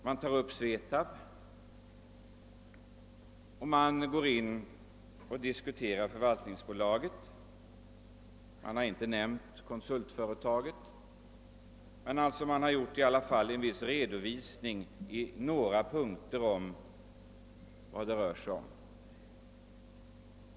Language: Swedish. Man tog också upp SVETAB och diskuterade förvaltningsbolaget. Konsultföretaget nämndes inte, men man har i alla fall på några punk ter lämnat en redovisning av vad det rör sig om.